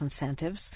incentives